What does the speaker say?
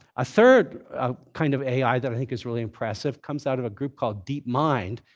a third kind of ai that i think is really impressive comes out of a group called deepmind,